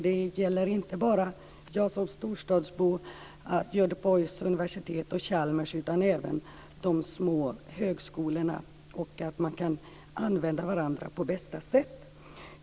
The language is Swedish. Det gäller inte bara för en storstadsbo, Göteborgs universitet och Chalmers utan även för de små högskolorna att använda varandra på bästa sätt.